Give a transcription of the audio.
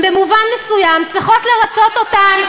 הן במובן מסוים צריכות לרַצות אותן.